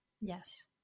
Yes